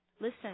Listen